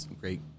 great